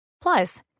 Plus